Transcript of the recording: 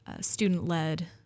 student-led